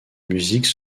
musique